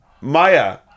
Maya